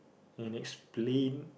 and explain